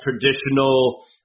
traditional